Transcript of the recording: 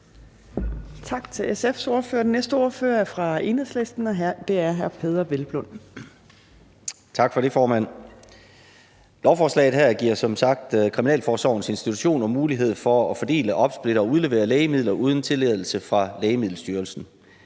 Tak til SF's ordfører. Den næste ordfører er fra Enhedslisten, og det er hr. Peder Hvelplund. Kl. 13:20 (Ordfører) Peder Hvelplund (EL): Tak for det, formand. Lovforslaget her giver som sagt Kriminalforsorgens institutioner mulighed for at fordele, opsplitte og udlevere lægemidler uden tilladelse fra Lægemiddelstyrelsen.